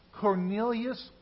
Cornelius